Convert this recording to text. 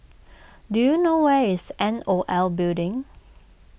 do you know where is N O L Building